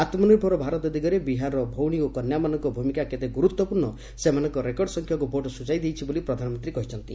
ଆତ୍ମନିର୍ଭର ଭାରତ ଦିଗରେ ବିହାରର ଭଉଣୀ ଓ କନ୍ୟାମାନଙ୍କ ଭୂମିକା କେତେ ଗୁରୁତ୍ୱପୂର୍ଣ୍ଣ ସେମାନଙ୍କ ରେକର୍ଡ଼ ସଂଖ୍ୟକ ଭୋଟ୍ ସ୍ରଚାଇ ଦେଇଛି ବୋଲି ପ୍ରଧାନମନ୍ତ୍ରୀ କହିଛନ୍ତି